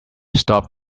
stop